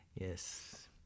Yes